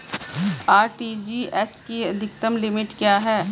RTGS की अधिकतम limit क्या है?